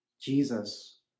Jesus